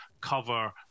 cover